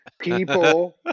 people